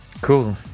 Cool